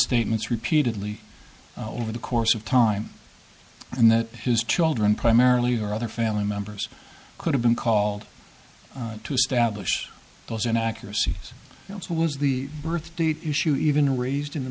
statements repeatedly over the course of time and that his children primarily or other family members could have been called to establish those in accuracies else was the birthdate issue even raised in the